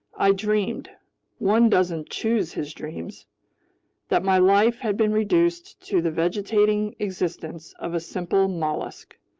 i dreamed one doesn't choose his dreams that my life had been reduced to the vegetating existence of a simple mollusk.